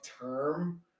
term